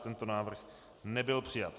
Tento návrh nebyl přijat.